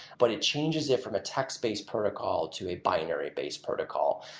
but it changes it from a text-based protocol to a binary-based protocol.